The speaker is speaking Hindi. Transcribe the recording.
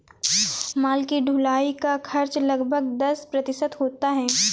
माल की ढुलाई का खर्च लगभग दस प्रतिशत होता है